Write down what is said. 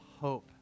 hope